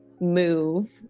move